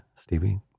Stevie